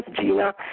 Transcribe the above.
Gina